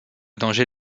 danger